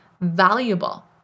valuable